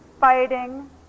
fighting